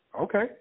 Okay